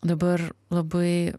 dabar labai